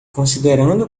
considerando